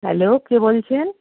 hello কে বলছেন